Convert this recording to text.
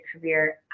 career